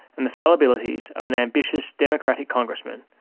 and the fallibilities of an ambitious democratic congressman,